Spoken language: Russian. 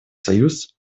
союз